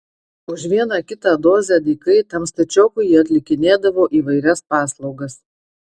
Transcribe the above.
už vieną kitą dozę dykai tam stačiokui jie atlikinėdavo įvairias paslaugas